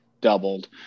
doubled